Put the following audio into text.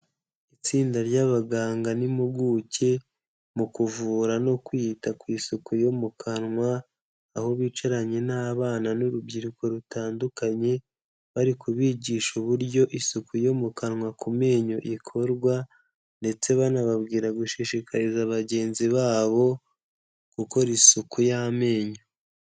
Itsinda ry'abaganga n'impuguke mu kuvura no kwita ku isuku yo mu kanwa, aho bicaranye n'abana n'urubyiruko rutandukanye, bari kubigisha uburyo isuku yo mu kanwa ku menyo ikorwa ndetse banababwira gushishikariza bagenzi babo gukora isuku y'amenyo.